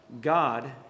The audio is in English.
God